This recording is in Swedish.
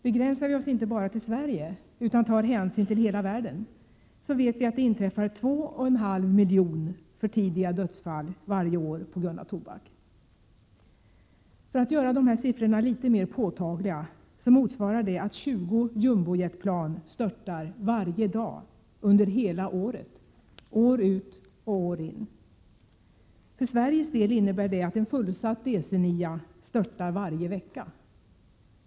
Begränsar vi oss inte bara till Sverige utan tar hänsyn till hela världen, vet vi att det inträffar två och en halv miljon för tidiga dödsfall varje år på grund av tobaken. För att göra dessa siffror litet mer påtagliga vill jag säga att det motsvarar att 20 jumbojetplan störtar varje dag under hela året — år ut och år in. För Sveriges del innebär det att en fullsatt DC-9:a störtar varje vecka.